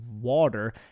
water